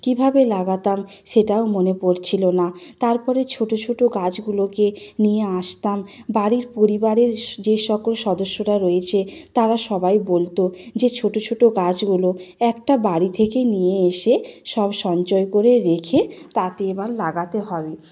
কীভাবে লাগাতাম সেটাও মনে পড়ছিল না তারপরে ছোট ছোট গাছগুলোকে নিয়ে আসতাম বাড়ির পরিবারের স যে সকল সদস্যরা রয়েছে তারা সবাই বলত যে ছোট ছোট গাছগুলো একটা বাড়ি থেকে নিয়ে এসে সব সঞ্চয় করে রেখে তাতে এবার লাগাতে হবে